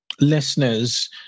listeners